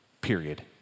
period